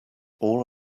all